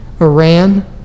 Iran